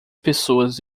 pessoas